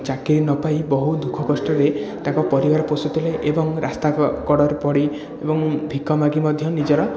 ଚାକିରି ନ ପାଇ ବହୁ ଦୁଃଖ କଷ୍ଟରେ ତାଙ୍କ ପରିବାର ପୋଷୁଥିଲେ ଏବଂ ରାସ୍ତା କଡ଼ରେ ପଡ଼ି ଏବଂ ଭିକ ମାଗି ମଧ୍ୟ ନିଜର